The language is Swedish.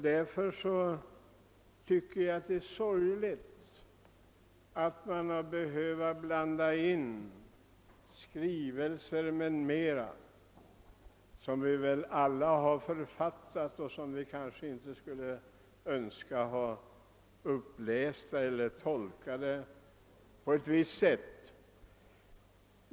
Därför tycker jag det är sorgligt att det i debatten har blandats in vissa skrivelser, sådana som väl många av oss har varit med om att författa men som vi inte gärna vill ha upplästa eller tolkade på ett visst sätt.